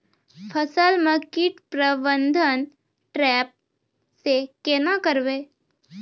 फसल म कीट प्रबंधन ट्रेप से केना करबै?